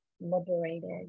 liberated